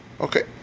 Okay